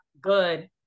good